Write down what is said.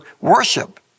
worship